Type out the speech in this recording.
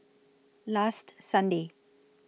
last Sunday